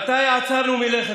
מתי עצרנו מלכת?